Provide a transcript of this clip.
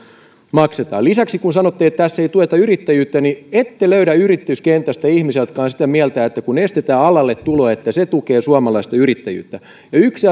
maksetaan lisäksi kun sanotte että tässä ei tueta yrittäjyyttä niin ette löydä yrityskentästä ihmisiä jotka ovat sitä mieltä että kun estetään alalle tulo niin se tukee suomalaista yrittäjyyttä ja yksi